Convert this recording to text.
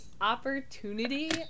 opportunity